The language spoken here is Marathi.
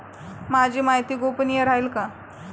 माझी माहिती गोपनीय राहील का?